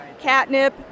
catnip